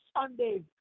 Sunday